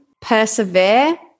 persevere